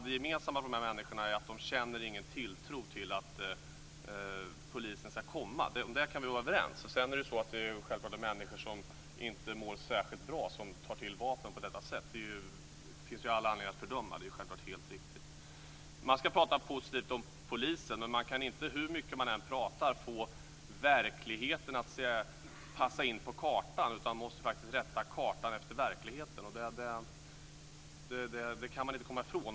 Det gemensamma för dessa människor är ju att de inte känner någon tilltro till att polisen ska komma. Där kan vi vara överens. Sedan är det självklart människor som inte mår särskilt bra som tar till vapen på detta sätt. Det finns ju all anledning att fördöma, det är självklart helt riktigt. Man ska tala positivt om polisen. Men man kan inte hur mycket man än talar få verkligheten att så att säga passa in på kartan, utan man måste faktiskt rätta kartan efter verkligheten. Det kan man inte komma ifrån.